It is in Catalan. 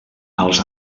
als